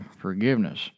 forgiveness